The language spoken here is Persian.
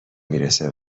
میرسه